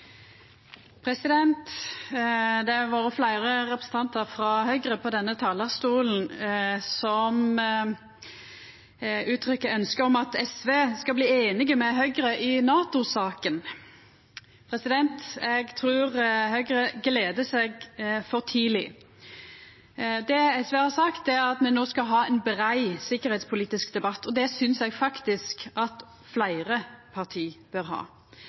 bli einige med Høgre i NATO-saka. Eg trur Høgre gleder seg for tidleg. Det SV har sagt, er at me no skal ha ein brei sikkerheitspolitisk debatt, og det synest eg faktisk at fleire parti bør ha.